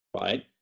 right